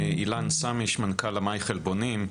אילן סמיש, מנכ"ל אמאי חלבונים.